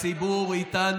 הציבור רואה.